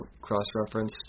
cross-reference